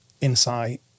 insight